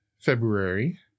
February